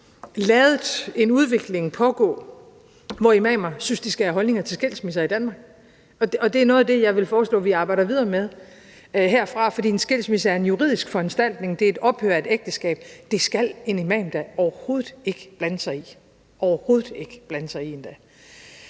ladet en udvikling pågå, hvor imamer synes, at de skal have holdninger til skilsmisser i Danmark, og det er noget af det, jeg vil foreslå at vi arbejder videre med herfra. For en skilsmisse er en juridisk foranstaltning, og det er et ophør af et ægteskab, og det skal en imam da overhovedet ikke blande sig i – overhovedet ikke blande sig i.